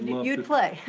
you'd play.